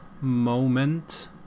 moment